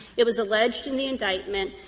it was alleged in the indictment.